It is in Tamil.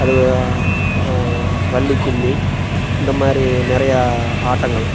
அது வள்ளி கும்மி இந்த மாதிரி நெறையா ஆட்டங்கள்